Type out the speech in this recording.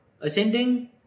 ascending